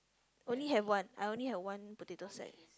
only have one I only have one potato sack